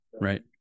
right